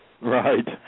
Right